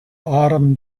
autumn